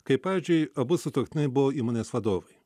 kai pavyzdžiui abu sutuoktiniai buvo įmonės vadovai